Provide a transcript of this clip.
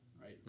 right